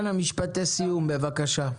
אנא, משפטי סיכום בבקשה.